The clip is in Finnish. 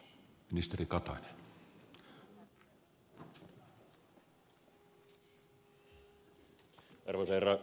arvoisa herra puhemies